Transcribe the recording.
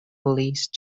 police